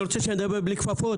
אתה רוצה שאני אדבר בלי כפפות?